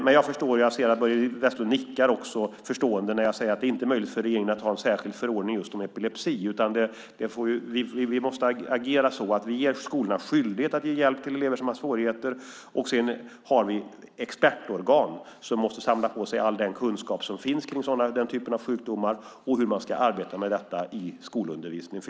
Men jag ser att Börje Vestlund nickar förstående när jag säger att det inte är möjligt för regeringen att ha en särskild förordning just om epilepsi. Vi måste agera så att skolorna ska ha skyldighet att ge hjälp till elever som har svårigheter. Sedan har vi expertorgan som måste samla på sig all kunskap som finns om den typen av sjukdomar och hur man ska arbeta med detta i skolundervisningen.